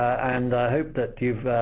and i hope that you've